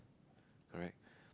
alright